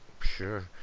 Sure